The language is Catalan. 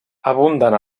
abunden